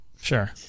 Sure